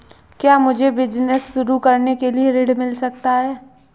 क्या मुझे बिजनेस शुरू करने के लिए ऋण मिल सकता है?